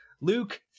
Luke